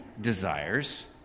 desires